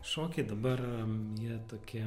šokiai dabar jie tokie